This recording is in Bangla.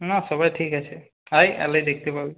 না সবাই ঠিক আছে আয় এলেই দেখতে পাবি